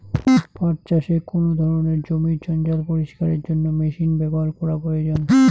পাট চাষে কোন ধরনের জমির জঞ্জাল পরিষ্কারের জন্য মেশিন ব্যবহার করা প্রয়োজন?